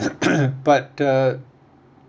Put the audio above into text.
but uh